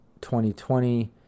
2020